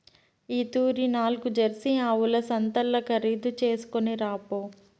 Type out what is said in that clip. ఈ తూరి నాల్గు జెర్సీ ఆవుల సంతల్ల ఖరీదు చేస్కొని రాపో